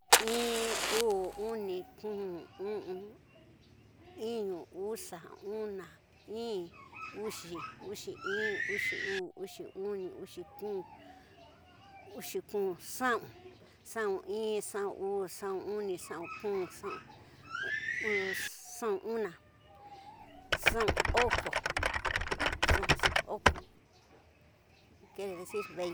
I, uu, uni, kü, uü, iñu, uxa, una iɨ, uxi, uxiɨ, uxi uu, uxi uni, uxi kiɨ, xa'aun xa'aunɨ, xa'un uu, xa'anuni, xa'un kü oko.